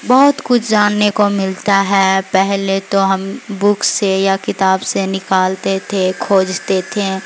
بہت کچھ جاننے کو ملتا ہے پہلے تو ہم بک سے یا کتاب سے نکالتے تھے کھوجتے تھے